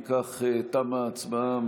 אם כך, תמה ההצבעה.